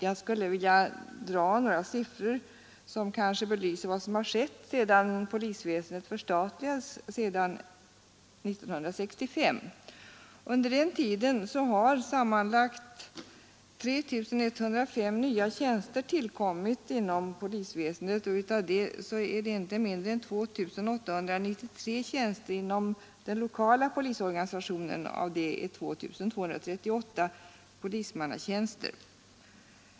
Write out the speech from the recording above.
Jag skall med några siffror belysa vad som har skett sedan polisväsendet förstatligades år 1965. Under den tiden har sammanlagt 3 105 nya tjänster tillkommit inom polisväsendet, och av dessa utgör inte mindre än 2893 tjänster inom den lokala polisorganisationen. Av dessa i sin tur är 2 238 polismannatjänster.